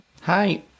Hi